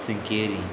Sikeri